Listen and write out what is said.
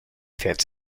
fährt